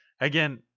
again